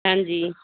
ਹਾਂਜੀ